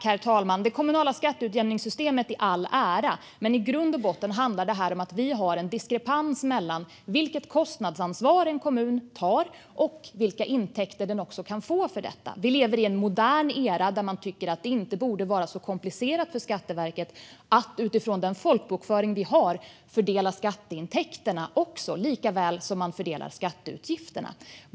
Herr talman! Det kommunala skatteutjämningssystemet i all ära, men i grund och botten handlar detta om att vi har en diskrepans mellan vilket kostnadsansvar en kommun tar och vilka intäkter den också kan få för detta. Vi lever i en modern era där det inte borde vara så komplicerat för Skatteverket att utifrån den folkbokföring som vi har fördela skatteintäkterna likaväl som skatteutgifterna.